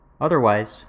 Otherwise